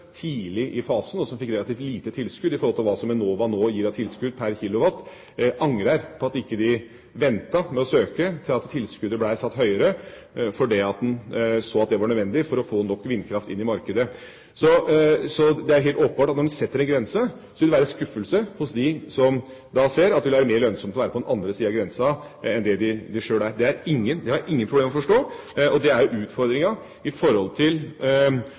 tidlig i fasen, og som fikk relativt lite tilskudd i forhold til hva som Enova nå gir av tilskudd per kWh, angrer på at de ikke ventet med å søke til tilskuddet ble satt høyere, fordi en så det var nødvendig for å få nok vindkraft inn i markedet. Det er helt åpenbart at når man setter en grense, vil det være skuffelse hos dem som ser at det ville være mer lønnsomt å være på den andre siden av grensen enn det de sjøl er. Det har jeg ingen problem med å forstå, og det er utfordringen når vi lager nye ordninger. Det kan også være andre sider i